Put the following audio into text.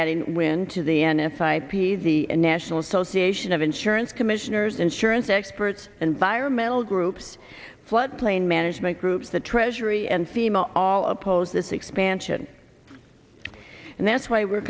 adding when to the n f l ip the national association of insurance commissioners insurance experts and byron metal groups floodplain management groups the treasury and female all oppose this expansion and that's why we're